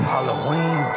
Halloween